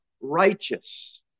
righteous